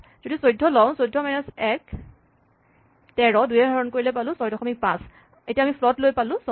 যদি ১৪ লওঁ ১৪ মাইনাছ ১ ১৩ দুয়ে হৰণ কৰি পালো ৬৫ আমি ফ্ল'ট লৈ পালো ৬